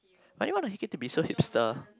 why you wanna a hickey to be so Hipster